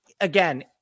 again